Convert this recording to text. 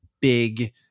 big